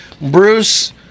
Bruce